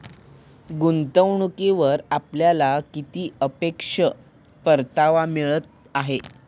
गुंतवणूकीवर आपल्याला किती सापेक्ष परतावा मिळत आहे?